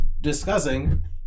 discussing